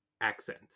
accent